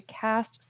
cast